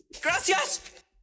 Gracias